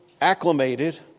acclimated